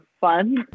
fun